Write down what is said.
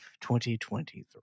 2023